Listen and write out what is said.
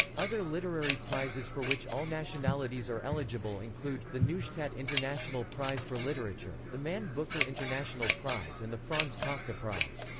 other literary prizes for which all nationalities are eligible include the neustadt international prize for literature, the man booker international prize and the franz kafka prize.